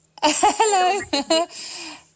Hello